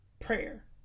prayer